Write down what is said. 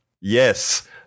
Yes